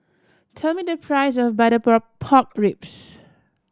tell me the price of butter pork ribs